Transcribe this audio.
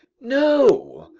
no!